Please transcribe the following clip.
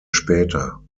später